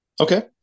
Okay